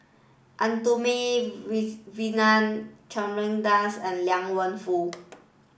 Arumugam Vijiaratnam Chandra Das and Liang Wenfu